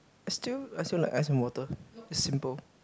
I still I still like ice and water is simple